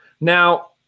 Now